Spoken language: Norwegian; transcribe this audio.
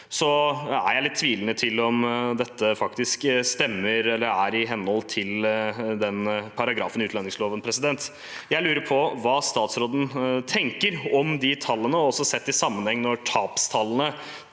er jeg litt tvilende til om dette faktisk stemmer eller er i henhold til den paragrafen i utlendingsloven. Jeg lurer på hva statsråden tenker om de tallene, også sett i sammenheng med tapstallene